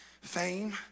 fame